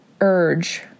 urge